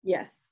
Yes